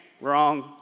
wrong